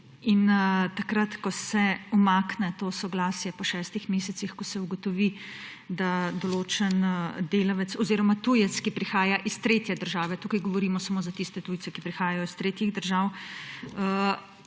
In takrat, ko se umakne to soglasje po šestih mesecih, ko se ugotovi, da določen delavec oziroma tujec, ki prihaja iz tretje države, tukaj govorimo samo za tiste tujce, ki prihajajo iz tretjih držav,